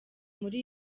muri